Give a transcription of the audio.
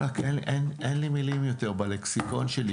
אין לי מילים בלקסיקון שלי,